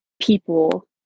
people